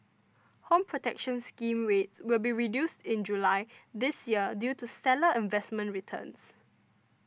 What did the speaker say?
Home Protection Scheme rates will be reduced in July this year due to stellar investment returns